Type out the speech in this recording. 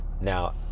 now